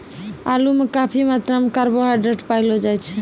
आलू म काफी मात्रा म कार्बोहाइड्रेट पयलो जाय छै